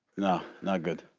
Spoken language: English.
no, not good